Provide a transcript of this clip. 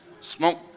smoke